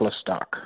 stock